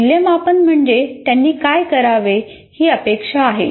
मूल्यमापन म्हणजे त्यांनी काय करावे ही अपेक्षा आहे